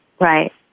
right